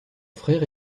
frère